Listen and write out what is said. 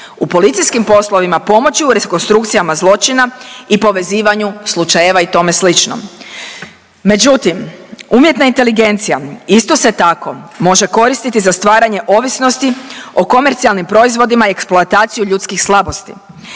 u policijskim postupcima pomoći u rekonstrukcijama zločina i povezivanju slučajeva i tome slično. Međutim, umjetna inteligencija isto se tako može koristiti za stvaranje ovisnosti o komercijalnim proizvodima i eksploataciju ljudskih slabosti,